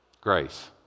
Grace